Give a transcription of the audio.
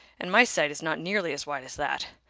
and my site is not nearly as wide as that.